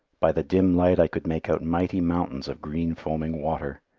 by the dim light i could make out mighty mountains of green foaming water.